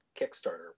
Kickstarter